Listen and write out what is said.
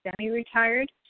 semi-retired